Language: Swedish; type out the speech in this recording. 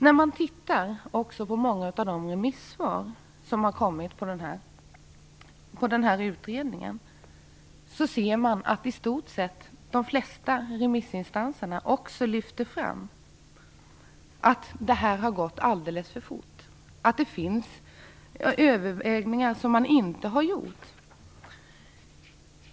När man läser många av remissvaren till utredningen ser man att de flesta remissinstanserna också lyfter fram att detta har gått alldeles för fort, att det finns övervägningar som inte har gjorts.